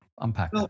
unpack